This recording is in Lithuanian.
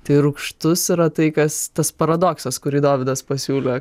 tai rūgštus yra tai kas tas paradoksas kurį dovydas pasiūlė